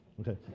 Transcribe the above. Okay